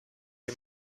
you